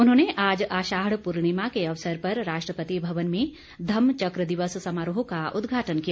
उन्होंने आज आषाढ़ पूर्णिमा के अवसर पर राष्ट्रपति भवन में धम्म चक्र दिवस समारोह का उदघाटन किया